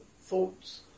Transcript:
thoughts